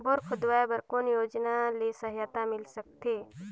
Bore खोदवाय बर कौन योजना ले सहायता मिल सकथे?